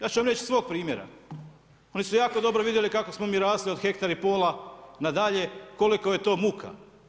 Ja ću vam reći iz svog primjera, oni su jako dobro vidjeli kako smo mi rasli od hektar i pola na dalje, koliko je to muka.